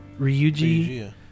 Ryuji